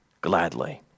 gladly